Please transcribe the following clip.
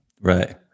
Right